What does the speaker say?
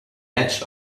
edge